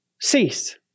cease